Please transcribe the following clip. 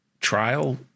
trial